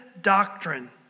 doctrine